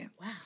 Wow